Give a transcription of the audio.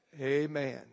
Amen